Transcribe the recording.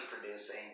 producing